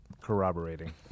corroborating